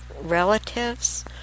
relatives